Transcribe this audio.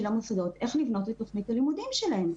המוסדות בקשר לבניית תוכנית הלימודים שלהם.